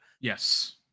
Yes